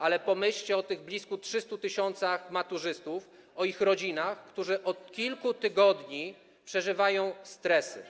Ale pomyślcie o tych blisko 300 tys. maturzystów, o ich rodzinach, o tych, którzy od kilku tygodni przeżywają stresy.